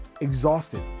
exhausted